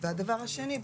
והדבר השני,